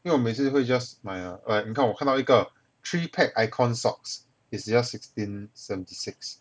因为我每次会 just 买 ah like 你看我看到一个 three park icon socks is just sixteen seventy six